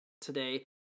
today